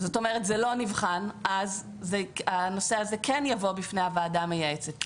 זאת אומרת זה לא נבחן אז הנושא הזה כן יבוא בפני הוועדה המייעצת.